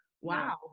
Wow